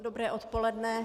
Dobré odpoledne.